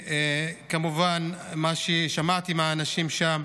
מה ששמעתי מהאנשים שם,